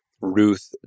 Ruth